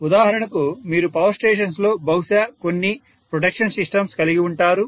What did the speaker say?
ఉదాహరణకు మీరు power stations లో బహుశా కొన్ని ప్రొటెక్షన్ సిస్టమ్స్ కలిగి ఉంటారు